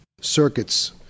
circuits